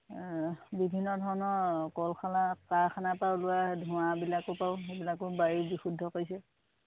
বিভিন্ন ধৰণৰ কলখানা কাৰখানাৰপৰা ওলোৱা ধোঁৱাবিলাকৰপৰাও সেইবিলাকো বায়ু বিশুদ্ধ কৰিছে